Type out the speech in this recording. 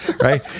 right